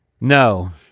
No